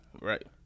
Right